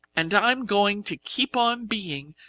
and i'm going to keep on being,